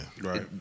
right